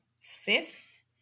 fifth